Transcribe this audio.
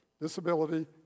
disability